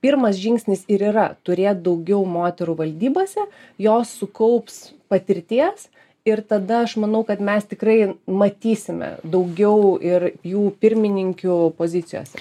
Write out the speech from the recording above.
pirmas žingsnis ir yra turėt daugiau moterų valdybose jos sukaups patirties ir tada aš manau kad mes tikrai matysime daugiau ir jų pirmininkių pozicijose